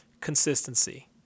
consistency